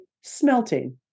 smelting